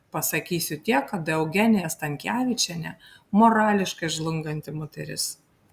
pasakysiu tiek kad eugenija stankevičienė morališkai žlunganti moteris